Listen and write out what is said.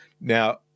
Now